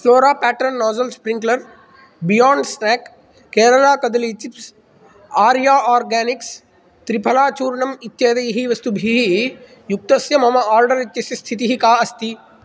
flora pattern nozzle sprinkler beyond snack Kerala Kadali chips Arya organics triphala चूर्णम् इत्येतैः वस्तुभिः युक्तस्य मम आर्डर् इत्यस्य स्थितिः का अस्ति